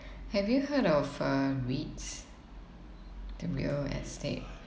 have you heard of uh REITs the real estate